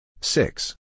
six